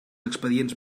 expedients